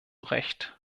recht